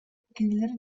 кинилэр